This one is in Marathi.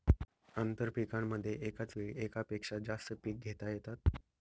आंतरपीकांमध्ये एकाच वेळी एकापेक्षा जास्त पिके घेता येतात